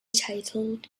titled